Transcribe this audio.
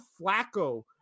Flacco